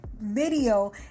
video